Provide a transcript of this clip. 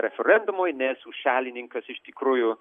referendumui nesu šalininkas iš tikrųjų